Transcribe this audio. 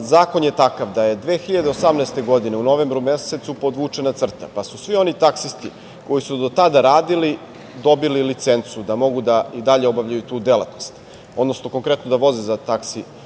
zakon je takav da je 2018. godine u novembru mesecu podvučena crta, pa su svi oni taksisti koji su do tada radili dobili licencu da mogu i dalje da obavljaju tu delatnost, odnosno da voze za taksi